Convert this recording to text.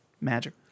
Magic